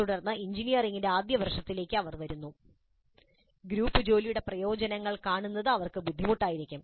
തുടർന്ന് എഞ്ചിനീയറിംഗിന്റെ ആദ്യ വർഷത്തിലേക്ക് ഉടൻ വരുന്നു ഗ്രൂപ്പ് ജോലിയുടെ പ്രയോജനങ്ങൾ കാണുന്നത് അവർക്ക് വളരെ ബുദ്ധിമുട്ടായിരിക്കും